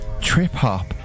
trip-hop